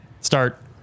start